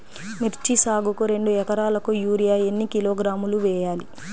మిర్చి సాగుకు రెండు ఏకరాలకు యూరియా ఏన్ని కిలోగ్రాములు వేయాలి?